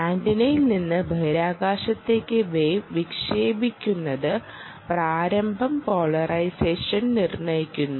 ആന്റിനയിൽ നിന്ന് ബഹിരാകാശത്തേക്ക് വേവ് വിക്ഷേപിക്കുന്നത് പ്രാരംഭ പോളറൈസേഷൻ നിർണ്ണയിക്കുന്നു